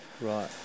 Right